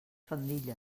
faldilles